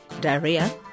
diarrhea